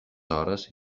hores